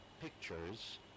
pictures